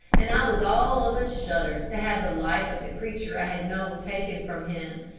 and i was all of a shudder to have the life of the creature i had known taken from him.